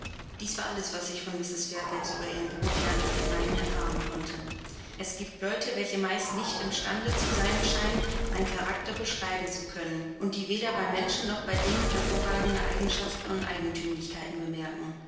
dies war alles was ich von mrs fairfax über ihren brotherrn und den meinen erfahren konnte es giebt leute welche meist nicht imstande zu sein scheinen einen charakter beschreiben zu können und die weder bei menschen noch bei dingen hervorragende eigenschaften und eigentümlichkeiten bemerken